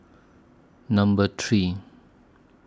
Number three